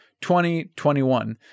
2021